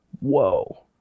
Whoa